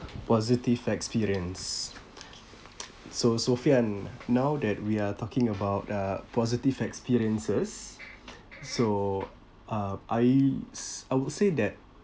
positive experience so sophian now that we are talking about uh positive experiences so uh I s~ I would say that